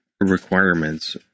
requirements